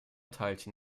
teilchen